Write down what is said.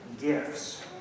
Gifts